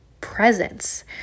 presence